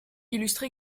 illustre